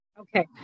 Okay